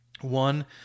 one